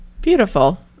Beautiful